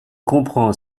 comprend